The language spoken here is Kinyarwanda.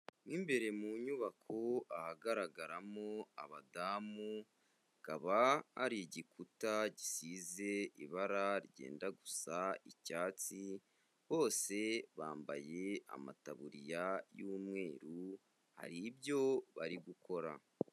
Mu imbere mu nyubako ahagaragaramo abadamu hakaba hari igikuta gisize ibara ryenda gusa icyatsi, bose bambaye amataburiya y'umweru hari ibyo bari gukora.